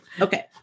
Okay